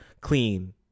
clean